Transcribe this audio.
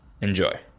Enjoy